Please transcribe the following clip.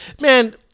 Man